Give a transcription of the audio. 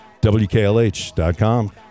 wklh.com